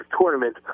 tournament